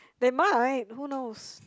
they might who knows